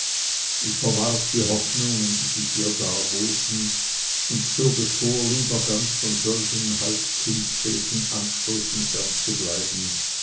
ich verwarf die hoffnungen die sich hier darboten und zog es vor lieber ganz von solchen halbkünstlerischen ansprüchen fernzubleiben